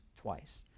twice